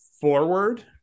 forward